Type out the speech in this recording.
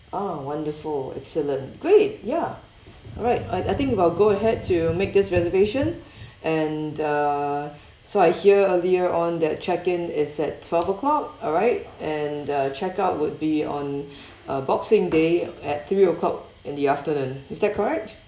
oh wonderful excellent great ya alright uh I think I'll go ahead to make this reservation and uh so I hear earlier on that check in is at twelve o'clock alright and the check out would be on uh boxing day at three o'clock in the afternoon is that correct